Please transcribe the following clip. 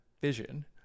vision